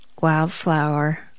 wildflower